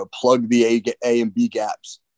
plug-the-A-and-B-gaps